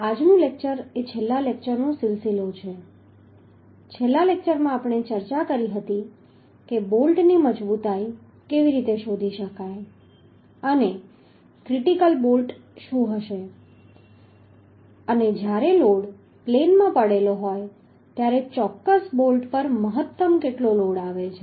આજનું લેક્ચર એ છેલ્લા લેક્ચરનો સિલસિલો છે છેલ્લા લેક્ચરમાં આપણે ચર્ચા કરી હતી કે બોલ્ટ ની મજબૂતાઈ કેવી રીતે શોધી શકાય અને ક્રિટિકલ બોલ્ટ શું હશે અને જ્યારે લોડ પ્લેનમાં પડેલો હોય ત્યારે ચોક્કસ બોલ્ટ પર મહત્તમ લોડ કેટલો આવે છે